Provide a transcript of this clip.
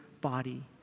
body